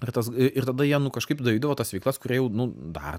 ir tas ir tada jie nu kažkaip darydavo tas veiklas kurie jau nu dar